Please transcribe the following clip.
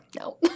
No